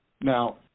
Now